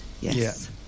Yes